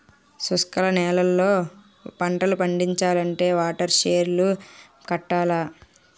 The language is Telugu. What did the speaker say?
శుష్క నేలల్లో పంటలు పండించాలంటే వాటర్ షెడ్ లు కట్టాల